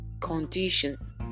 conditions